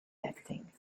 acting